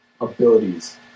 abilities